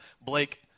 Blake